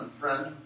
friend